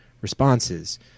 responses